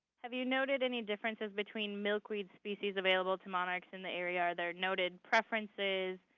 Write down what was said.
have you noted any differences between milkweed species available to monarchs in the area. are there noted preferences